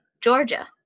Georgia